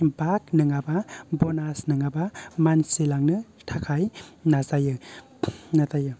बाग नोङाबा बनास नोङाबा मानसि लांनो थाखाय नाजायो नाजायो